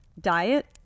diet